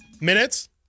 Minutes